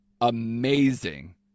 amazing